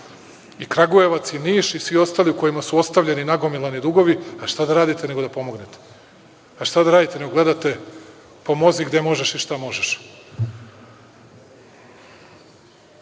i Kragujevac i Niš i svi ostali u kojima su ostavljeni nagomilani dugovi, a šta da radite nego da pomognete, a šta da radite, nego gledate, pomozi gde možeš i šta